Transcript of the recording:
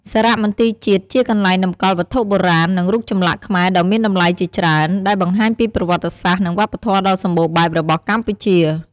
សារមន្ទីរជាតិ ជាកន្លែងតម្កល់វត្ថុបុរាណ និងរូបចម្លាក់ខ្មែរដ៏មានតម្លៃជាច្រើន ដែលបង្ហាញពីប្រវត្តិសាស្ត្រ និងវប្បធម៌ដ៏សម្បូរបែបរបស់កម្ពុជា។